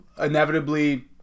inevitably